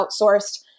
outsourced